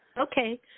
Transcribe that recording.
Okay